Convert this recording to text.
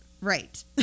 Right